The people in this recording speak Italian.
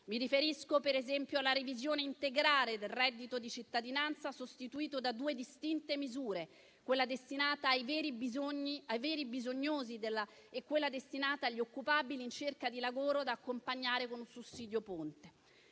Mi riferisco, per esempio, alla revisione integrale del reddito di cittadinanza, sostituito da due distinte misure: quella destinata ai veri bisognosi e quella destinata agli occupabili in cerca di lavoro, da accompagnare con un sussidio ponte.